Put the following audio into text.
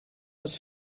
das